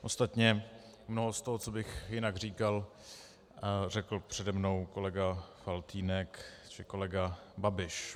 Ostatně mnoho z toho, co bych jinak říkal, řekl přede mnou kolega Faltýnek či kolega Babiš.